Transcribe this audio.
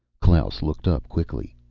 klaus looked up quickly.